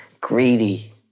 greedy